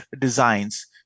designs